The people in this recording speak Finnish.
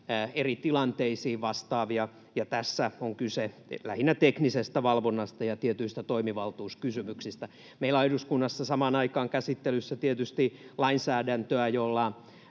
eri tilanteisiin vastaavia, ja tässä on kyse lähinnä teknisestä valvonnasta ja tietyistä toimivaltuuskysymyksistä. Meillä on eduskunnassa samaan aikaan käsittelyssä tietysti lainsäädäntöä, jolla